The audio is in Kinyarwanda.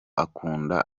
akunda